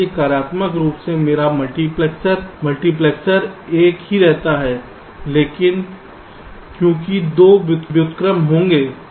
इसलिए कार्यात्मक रूप से मेरा मल्टीप्लेक्स एक ही रहता है क्योंकि दो व्युत्क्रम होंगे